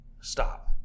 stop